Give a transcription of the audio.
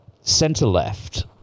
centre-left